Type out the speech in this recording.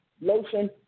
lotion